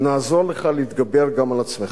נעזור לך להתגבר גם על עצמך.